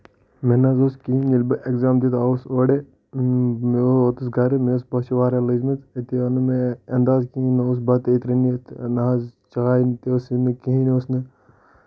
مےٚ نہ حظ اوس کہیٖنۍ ییٚلہِ بہٕ ایٚگزام دتھ آوُس اورٕ مےٚ ووتُس گرٕ مےٚ ٲس بۄچھ واریاہ لجمژٕ اَتی آو نہٕ مےٚ انداز کِہِنۍ نہ اوس بتہٕ ییٚتہِ رٔنِتھ نہ ٲس چایہِ ہُن تہِ ٲسے نہٕ کہیٖنۍ اوس نہٕ